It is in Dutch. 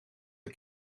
een